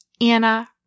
Anna